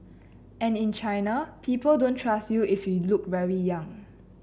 and in China people don't trust you if you look very young